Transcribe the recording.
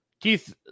Keith